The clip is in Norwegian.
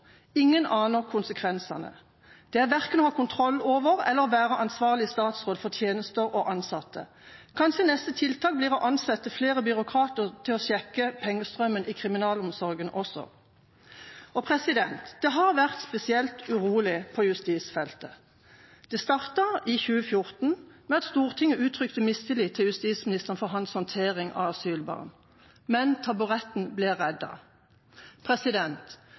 Ingen aner konsekvensene. Det er verken å ha kontroll eller være ansvarlig statsråd for tjenester og ansatte. Kanskje neste tiltak blir å ansette flere byråkrater til å sjekke pengestrømmen i kriminalomsorgen også. Det har vært spesielt urolig på justisfeltet. Det startet i 2014 med at Stortinget uttrykte mistillit til justisministeren for hans håndtering av asylbarn, men taburetten ble